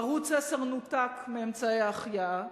ערוץ-10 נותק מאמצעי ההחייאה,